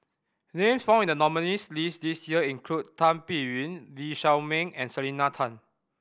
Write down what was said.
names found in the nominees' list this year include Tan Biyun Lee Shao Meng and Selena Tan